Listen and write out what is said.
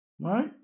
Right